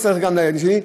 אני צריך גם לילדים שלי,